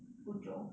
湖州